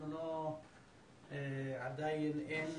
עדיין אין